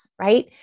right